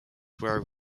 were